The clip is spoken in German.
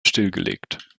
stillgelegt